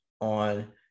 on